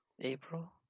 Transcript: april